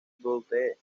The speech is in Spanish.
duque